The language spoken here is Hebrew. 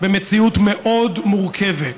במציאות מאוד מורכבת.